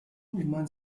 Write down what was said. women